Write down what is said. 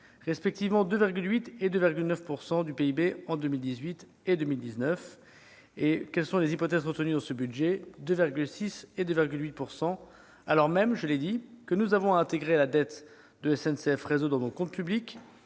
Respectivement, 2,8 % et 2,9 % du PIB en 2018 et en 2019. Et quelles sont les hypothèses retenues dans ce budget ? Pour 2018, 2,6 % et, pour 2019, 2,8 %, alors même, je l'ai dit, que nous avons intégré la dette de SNCF Réseau dans les comptes publics